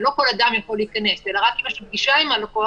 ולא כל אדם יכול להיכנס אלא רק אם יש לי פגישה עם הלקוח,